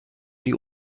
die